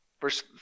Verse